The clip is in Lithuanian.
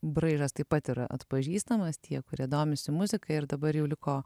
braižas taip pat yra atpažįstamas tie kurie domisi muzika ir dabar jau liko